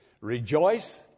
rejoice